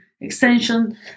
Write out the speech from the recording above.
extension